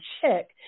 check